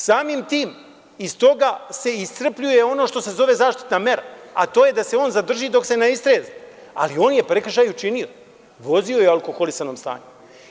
Samim tim iz toga se iscrpljuje ono što se zove zaštitna mera, a to je da se on zadrži, a to je da se on zadrži dok se ne istrezni, ali on je prekršaj učinio, vozio je u alkoholisanom stanju.